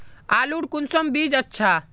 आलूर कुंसम बीज अच्छा?